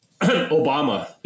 Obama